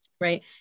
right